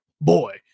boy